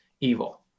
evil